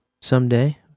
someday